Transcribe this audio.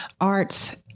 arts